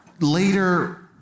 later